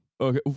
Okay